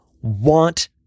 want